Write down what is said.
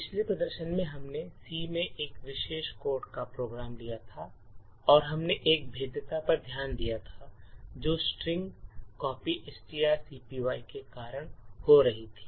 पिछले प्रदर्शन में हमने C में एक विशेष कोड का प्रोग्राम लिया था और हमने एक भेद्यता पर ध्यान दिया था जो स्ट्रिंग कॉपी के कारण हो रही थी